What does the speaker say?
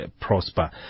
Prosper